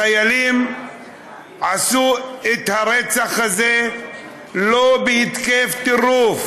החיילים עשו את הרצח הזה לא בהתקף טירוף,